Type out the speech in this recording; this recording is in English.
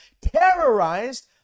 terrorized